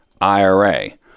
IRA